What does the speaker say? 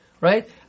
Right